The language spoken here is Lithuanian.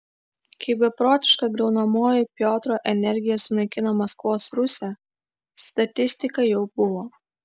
kai beprotiška griaunamoji piotro energija sunaikino maskvos rusią statistika jau buvo